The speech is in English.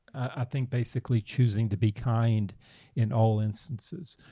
i think basically choosing to be kind in all instances.